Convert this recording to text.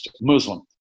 Muslim